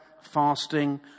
fasting